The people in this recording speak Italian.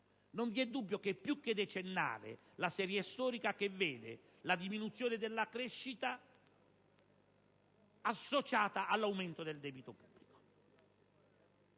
Non vi è dubbio - è più che decennale la serie storica che lo evidenzia - che la diminuzione della crescita è associata all'aumento del debito pubblico.